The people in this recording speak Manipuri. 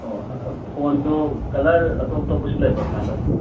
ꯑꯣ ꯐꯣꯟꯗꯣ ꯀꯂꯔ ꯑꯇꯣꯄ ꯑꯩꯇꯣꯞꯁꯨ ꯂꯩꯕ꯭ꯔꯥ ꯀꯃꯥꯏ ꯇꯧꯕꯅꯣ